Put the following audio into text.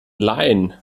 laien